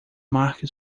mark